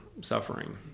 suffering